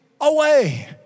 away